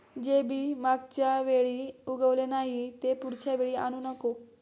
जे बी मागच्या वेळी उगवले नाही, ते पुढच्या वेळी आणू नको